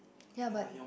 ya but